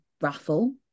raffle